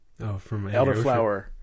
Elderflower